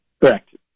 Correct